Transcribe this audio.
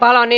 alaani